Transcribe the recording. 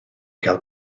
gael